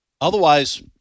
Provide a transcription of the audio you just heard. Otherwise